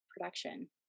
production